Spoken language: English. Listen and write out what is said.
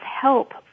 help